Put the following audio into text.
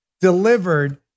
delivered